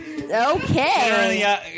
okay